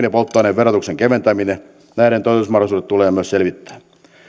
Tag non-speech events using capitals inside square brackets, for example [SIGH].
[UNINTELLIGIBLE] ja polttoaineverotuksen keventäminen näiden toteutusmahdollisuudet tulee myös selvittää